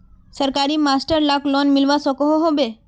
सरकारी मास्टर लाक लोन मिलवा सकोहो होबे?